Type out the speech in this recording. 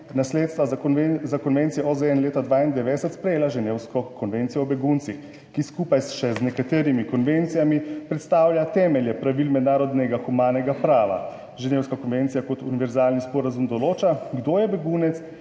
nasledstva za konvencijo OZN leta 92 sprejela Ženevsko konvencijo o beguncih, ki skupaj še z nekaterimi konvencijami predstavlja temelje pravil mednarodnega humanega prava. Ženevska konvencija kot univerzalni sporazum določa, kdo je begunec,